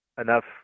enough